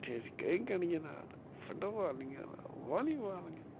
اَتہِ چھِ أسۍ کرکَٹ گِنٛدان فُٹہٕ بال گِنٛدان والی بال گِنٛدان